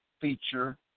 feature